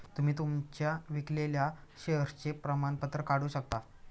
तुम्ही तुमच्या विकलेल्या शेअर्सचे शेअर प्रमाणपत्र काढू शकता